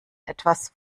etwas